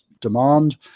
demand